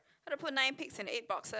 how to put nine pigs in eight boxes